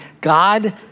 God